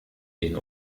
den